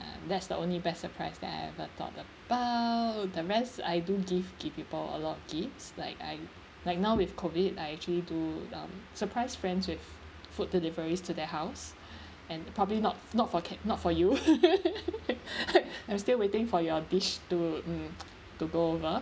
~a that's the only best surprise that I ever thought about the rest I do give give people a lot of gifts like I like now with COVID I actually do um surprise friends with food deliveries to their house and probably not not for ca~ not for you I'm still waiting for your dish to mm to go over